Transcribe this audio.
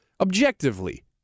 Objectively